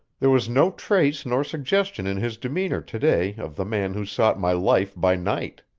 there was no trace nor suggestion in his demeanor to-day of the man who sought my life by night.